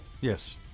Yes